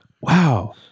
Wow